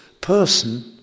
person